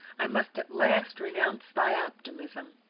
i must at last renounce thy optimism.